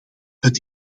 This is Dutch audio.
het